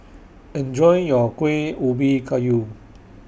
Enjoy your Kueh Ubi Kayu